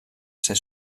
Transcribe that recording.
ser